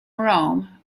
rome